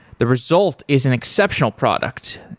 the result is an exceptional product.